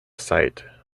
sight